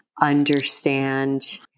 understand